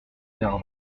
perdre